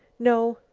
no.